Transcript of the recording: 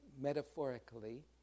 metaphorically